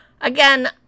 Again